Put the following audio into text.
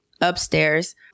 upstairs